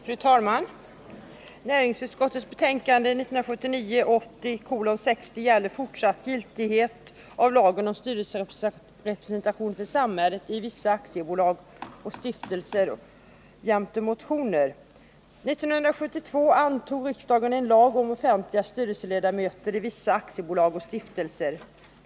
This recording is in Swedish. Fru talman! Näringsutskottets betänkande 1979/80:60 gäller fortsatt giltighet av lagen om styrelserepresentation för samhället i vissa aktiebolag och stiftelser jämte motioner. aktiebolag och stiftelser.